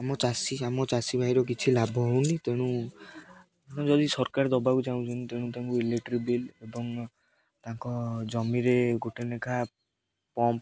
ଆମ ଚାଷୀ ଆମ ଚାଷୀ ଭାଇର କିଛି ଲାଭ ହଉନି ତେଣୁ ଯଦି ସରକାର ଦେବାକୁ ଚାହୁଁଛନ୍ତି ତେଣୁ ତାଙ୍କୁ ଇଲେକ୍ଟ୍ରିକ୍ ବିଲ୍ ଏବଂ ତାଙ୍କ ଜମିରେ ଗୋଟେ ଲେଖାଁ ପମ୍ପ